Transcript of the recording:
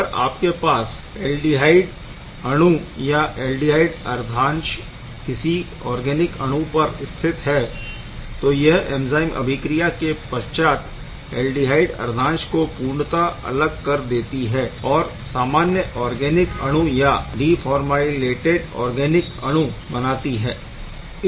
अगर आपके पास ऐल्डिहाइड अणु या ऐल्डिहाइड अर्धांश किसी और्गेनिक अणु पर स्थित है तो यह एंज़ाइम अभिक्रिया के पश्चात ऐल्डिहाइड अर्धांश को पूर्णतः अलग कर देती है और सामान्य और्गेनिक अणु या डीफॉरमाइलेटेड और्गेनिक अणु बनती है